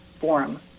Forum